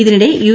ഇതിനിടെ യു